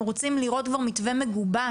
אנחנו רוצים לראות כבר מתווה מגובש,